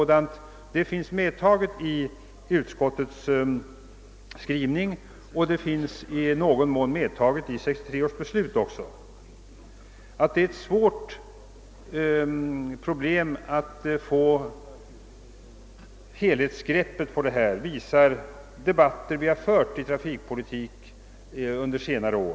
Dessa finns med i utskottets skrivning och även i någon mån i 1963 års trafikpolitiska beslut. Att det är svårt att få ett helhetsgrepp visar den debatt vi har fört om trafikpolitik under senare år.